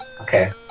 Okay